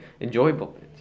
enjoyable